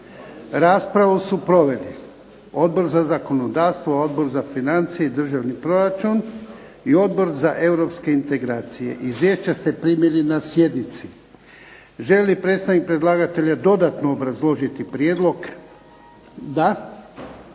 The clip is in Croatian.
Raspravu su proveli Odbor za zakonodavstvo, Odbor za financije i državni proračun i Odbora za europske integracije. Izvješća ste primili na sjednici. Želi li predstavnik predlagatelja dodatno obrazložiti prijedlog? Da.